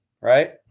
right